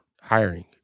hiring